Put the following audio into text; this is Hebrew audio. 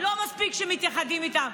לא מספיק שמתייחדים איתם.